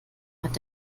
hat